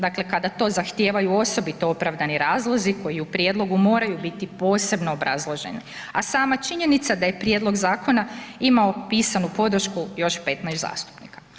Dakle, kada to zahtijevaju osobito opravdani razlozi koji u prijedlogu moraju biti posebno obrazloženi, a sama činjenica da je prijedlog zakona imao pisanu podršku još 15 zastupnika.